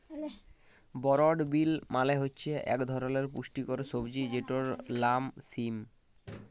বরড বিল মালে হছে ইক ধরলের পুস্টিকর সবজি যেটর লাম সিম